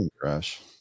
crash